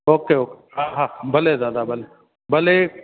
okay okay हा हा भले दादा भले भले